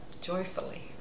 joyfully